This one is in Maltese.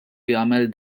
jagħmel